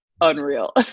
unreal